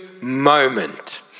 moment